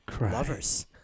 Lovers